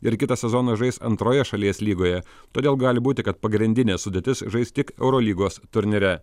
ir kitą sezoną žais antroje šalies lygoje todėl gali būti kad pagrindinė sudėtis žais tik eurolygos turnyre